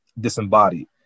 disembodied